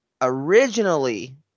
originally